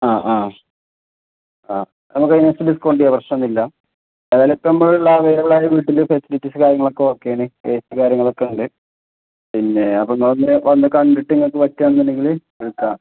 ആ ആ ആ നമുക്ക് അതിന് ഡിസ്കൗണ്ട് ചെയ്യാം പ്രശ്നം ഒന്നുമില്ല ഏതായാലും ഇപ്പം അവൈലബിൾ ആ വീട്ടിൽ ഫെസിലിറ്റീസ് കാര്യങ്ങളൊക്കെ ഓക്കെയാണ് എ സി കാര്യങ്ങളൊക്കെ ഉണ്ട് പിന്നെ അപ്പം നിങ്ങൾ വന്ന് ഒന്ന് കണ്ടിട്ട് നിങ്ങൾക്ക് പറ്റുന്നതാണ് എന്നുണ്ടെങ്കിൽ വിളിക്കാം